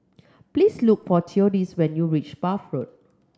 please look for Theodis when you reach Bath Road